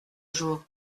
jour